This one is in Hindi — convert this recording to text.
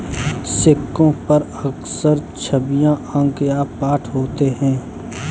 सिक्कों पर अक्सर छवियां अंक या पाठ होते हैं